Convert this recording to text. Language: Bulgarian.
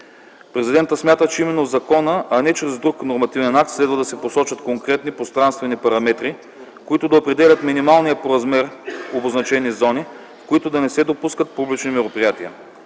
Президентът смята, че именно в закона, а не чрез друг нормативен акт следва да се посочат конкретни пространствени параметри, които да определят минимални по размер обозначени зони, в които да не се допускат публични мероприятия.